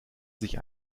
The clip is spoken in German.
sich